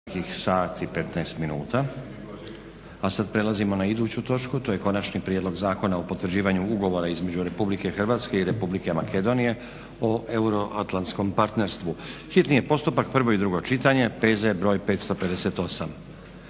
**Stazić, Nenad (SDP)** Prelazimo na iduću točku a to je - Konačni prijedlog Zakona o potvrđivanju ugovora između Republike Hrvatske i Republike Makedonije o euroatlantskom partnerstvu, hitni postupak, prvo i drugo čitanje, P.Z. br. 558